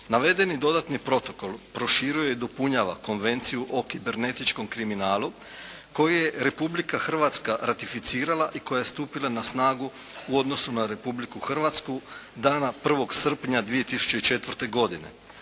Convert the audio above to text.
Navedeni dodatni protokol proširuje i dopunjava Konvenciju o kibernetičkom kriminalu koji je Republika Hrvatska ratificirala i koja je stupila na snagu u odnosu na Republiku Hrvatsku dana 1. srpnja 2004. godine.